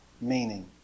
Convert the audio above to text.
meaning